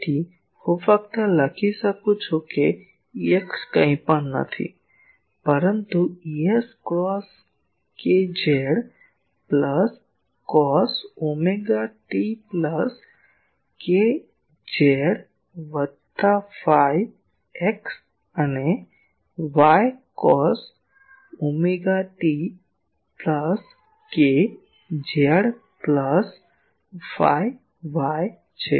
તેથી હું ફક્ત લખી શકું છું Ex કંઈ પણ નથી પરંતુ Ex cos k z plus cos omega t plus k z વત્તા ફાઈ x અને Ey cos omega t plus k z plus phi y છે